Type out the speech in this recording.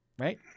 Right